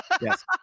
yes